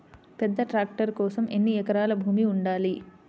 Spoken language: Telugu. పెద్ద ట్రాక్టర్ కోసం ఎన్ని ఎకరాల భూమి ఉండాలి?